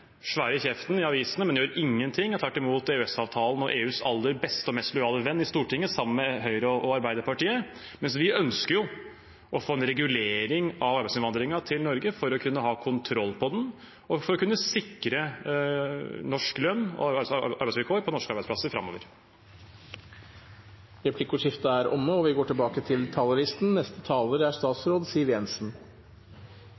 kjeften i avisene, men gjør ingenting og er tvert imot EØS-avtalen og EUs aller beste og mest lojale venn i Stortinget, sammen med Høyre og Arbeiderpartiet. Vi ønsker å få en regulering av arbeidsinnvandringen til Norge for å kunne ha kontroll på den og for å kunne sikre norske lønns- og arbeidsvilkår på norske arbeidsplasser framover. Replikkordskiftet er omme.